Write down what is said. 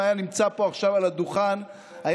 אם היה נמצא פה עכשיו על הדוכן הזה,